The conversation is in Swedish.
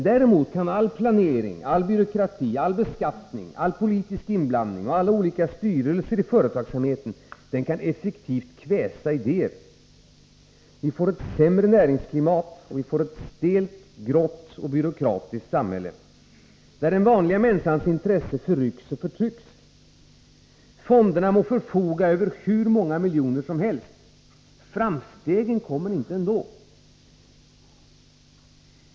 Däremot kan all planering, all byråkrati, all beskattning, all politisk inblandning och alla olika styrelser i företagsamheten effektivt kväsa idéer. Vi får ett sämre näringsklimat, och vi får ett stelt, grått och byråkratiskt samhälle, där den vanliga människans intresse förrycks och förtrycks. Fonderna må förfoga över hur många miljoner som helst. Framstegen kommer ändå inte.